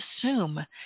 assume